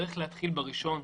צריך להתחיל בראשון,